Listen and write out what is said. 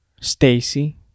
Stacy